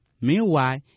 Meanwhile